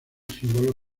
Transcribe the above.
símbolo